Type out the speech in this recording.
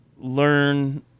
learn